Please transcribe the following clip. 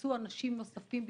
שייכנסו אנשים נוספים בשעריה,